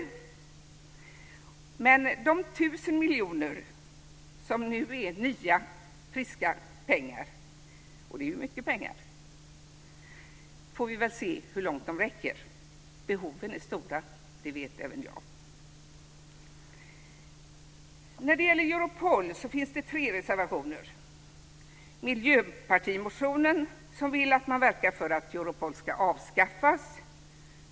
Vi får väl se hur långt de tusen miljoner som nu är "nya, friska pengar" räcker. Behoven är stora; det vet även jag. När det gäller Europol finns det tre reservationer. Miljöpartiet säger i en reservation att de vill att man verkar för att Europol ska avskaffas.